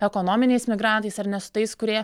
ekonominiais migrantais ar ne su tais kurie